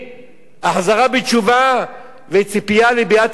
החזרה בתשובה וציפייה לביאת המשיח.